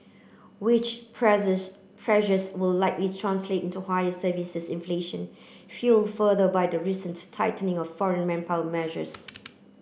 wage pressures will likely translate into higher services inflation fuelled further by the recent tightening of foreign manpower measures